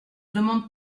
demande